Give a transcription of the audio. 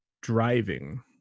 driving